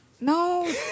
No